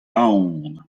aon